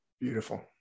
Beautiful